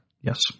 Yes